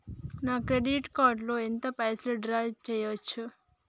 నా credit card లో ఎంత పైసల్ డ్రా చేయచ్చు?